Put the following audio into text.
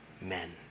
men